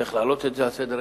צריך להעלות את זה על סדר-היום.